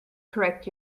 correct